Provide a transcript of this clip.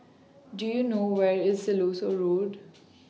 Do YOU know Where IS Siloso Road